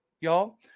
y'all